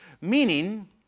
Meaning